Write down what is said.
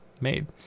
made